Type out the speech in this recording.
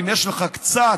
אם יש לך קצת